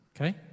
Okay